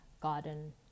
garden